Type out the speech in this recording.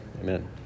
Amen